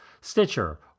Stitcher